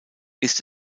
ist